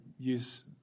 use